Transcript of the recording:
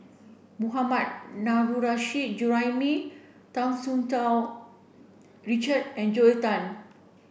Mohammad Nurrasyid Juraimi Hu Tsu Tau Richard and Joel Tan